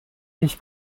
ich